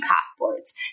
passports